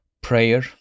prayer